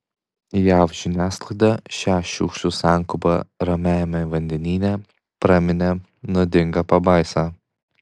jav žiniasklaida šią šiukšlių sankaupą ramiajame vandenyne praminė nuodinga pabaisa